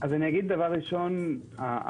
ראשית,